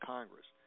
Congress